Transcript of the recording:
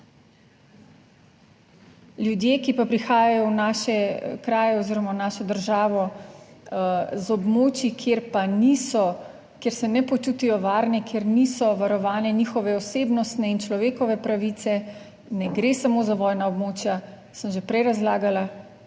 Ljudje, ki pa prihajajo v naše kraje oziroma v našo državo z območij, kjer pa niso, kjer se ne počutijo varne, kjer niso varovane njihove osebnostne in človekove pravice, ne gre samo za vojna območja, sem že prej razlagala,